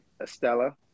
Estella